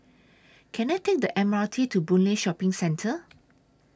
Can I Take The M R T to Boon Lay Shopping Centre